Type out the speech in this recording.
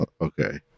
Okay